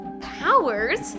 powers